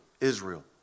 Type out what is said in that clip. Israel